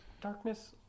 Darkness